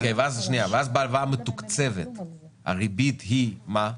ואז בהלוואה המתוקצבת הריבית היא מה?